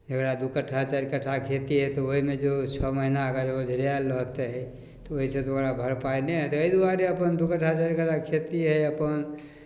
जकरा दुइ कट्ठा चारि कट्ठा खेती हइ तऽ ओहिमे जो छओ महिना अगर ओझराएल रहतै तऽ ओहिसँ तऽ ओकरा भरपाइ नहि हेतै एहि दुआरे अपन दुइ कट्ठा चारि कट्ठा खेती हइ अपन